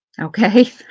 Okay